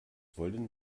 wollen